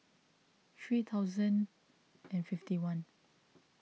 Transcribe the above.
three thousand and fifty one